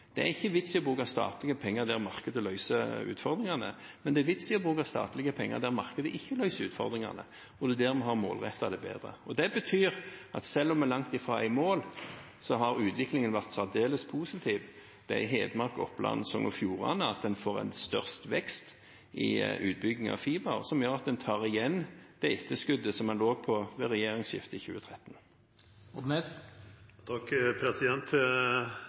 Det er ikke noen vits i å bruke statlige penger der markedet løser utfordringene, men det er vits i å bruke statlige penger der markedet ikke løser utfordringene, og det er der vi har målrettet det bedre. Det betyr at selv om vi langt fra er i mål, har utviklingen vært særdeles positiv. Det er i Hedmark, Oppland og Sogn og Fjordane at en får størst vekst i utbygging av fiber, som gjør at en tar igjen det etterskuddet som var ved regjeringsskiftet i 2013.